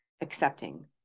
accepting